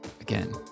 Again